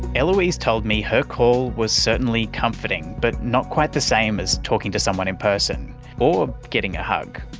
eloise told me her call was certainly comforting but not quite the same as talking to someone in person or getting a hug.